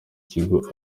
kigo